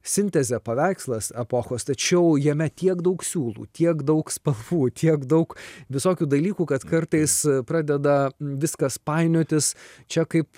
sintezė paveikslas epochos tačiau jame tiek daug siūlų tiek daug spalvų tiek daug visokių dalykų kad kartais pradeda viskas painiotis čia kaip